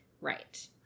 Right